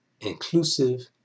inclusive